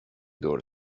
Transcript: دور